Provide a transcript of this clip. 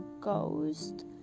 ghost